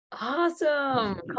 Awesome